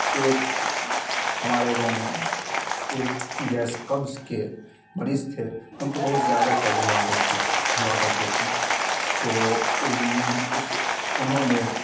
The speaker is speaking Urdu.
ایک ہمارے گاؤں میں ایک گیس قبض کے مریض تھے ان کو بہت زیادہ قبض ہوا کرتی تھی ہوا کرتے تھے تو ان اس انہوں نے